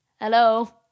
Hello